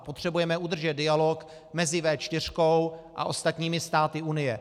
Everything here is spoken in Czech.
Potřebujeme udržet dialog mezi V4 a ostatními státy Unie.